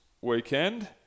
weekend